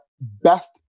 best